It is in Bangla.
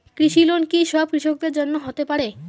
কৃষি লোন কি সব কৃষকদের জন্য হতে পারে?